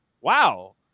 wow